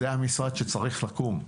זה המשרד שצריך לקום.